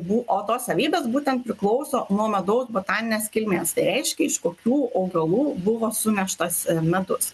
bu o tos savybės būtent priklauso nuo medaus botaninės kilmės tai reiškia iš kokių augalų buvo suneštas medus